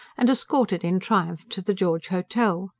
and escorted in triumph to the george hotel.